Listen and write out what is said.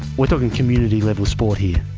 we're talking community level sport here?